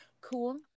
cool